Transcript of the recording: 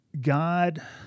God